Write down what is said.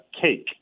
cake